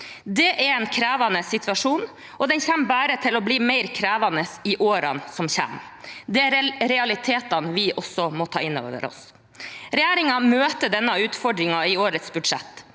Det er en krevende situasjon, og den kommer bare til å bli mer krevende i årene som kommer. Det er realitetene vi også må ta innover oss. Regjeringen møter denne utfordringen i årets budsjett.